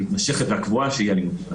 המתמשך והקבועה שהיא אלימות.